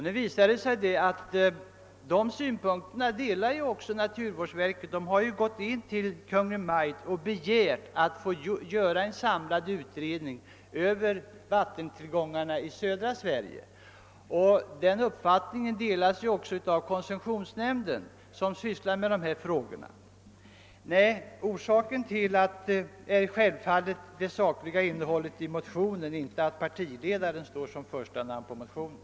Nu visar det sig att dessa synpunkter delas av naturvårdsverket, som gått in till Kungl. Maj:t med begäran om att få göra en samlad utredning rörande vattentillgångarna i södra Sverige. Synpunkterna delas också av koncessionsnämnden, som sysslar med dessa frågor. Nej, herr talman, orsaken till vårt agerande är självfallet det sakliga innehållet i motionen och inte att partiledaren står som första namn på motionen.